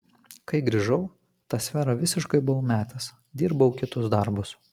kai grįžau tą sferą visiškai buvau metęs dirbau kitus darbus